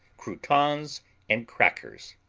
croutons and crackers,